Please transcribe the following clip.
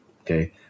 Okay